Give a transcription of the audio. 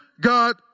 God